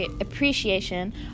appreciation